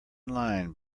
line